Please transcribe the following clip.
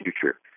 future